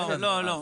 אבל לא משנה.